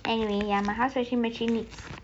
anyway ya my house washing machine needs